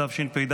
התשפ"ד